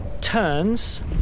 turns